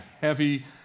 heavy